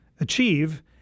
achieve